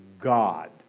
God